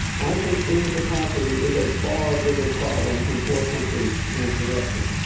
i think incapacity is a far bigger problem in poor countries than corruption,